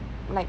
like